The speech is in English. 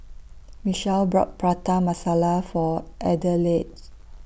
Michele bought Prata Masala For Adelaide